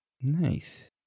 Nice